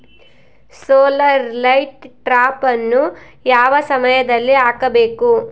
Solar light ಟ್ರಾಪನ್ನು ಯಾವ ಸಮಯದಲ್ಲಿ ಹಾಕಬೇಕು?